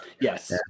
Yes